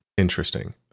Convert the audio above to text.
interesting